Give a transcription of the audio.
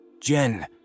Jen